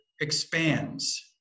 expands